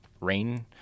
rain